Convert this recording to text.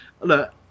Look